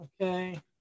Okay